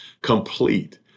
complete